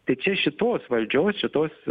tai čia šitos valdžios šitos